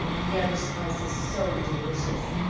the other spices so delicious,